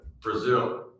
brazil